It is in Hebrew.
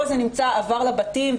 פה זה עבר לבתים,